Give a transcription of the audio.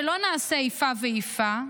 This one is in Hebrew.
שלא נעשה איפה ואיפה,